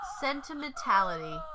sentimentality